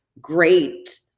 great